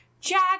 Jack